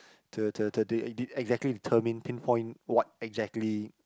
the the the day did exactly determine pinpoint what exactly